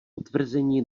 potvrzení